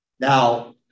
Now